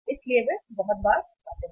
इसलिए वे बहुत बार आते हैं